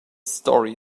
story